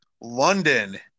London